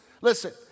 Listen